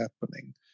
happening